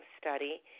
study